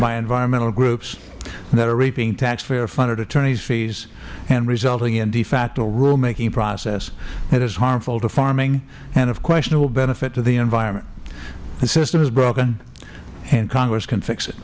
by environmental groups that are reaping taxpayer funded attorneys fees and resulting in a de facto rulemaking process that is harmful to farming and of questionable benefit to the environment the system is broken and congress can fix it